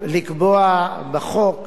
לקבוע בחוק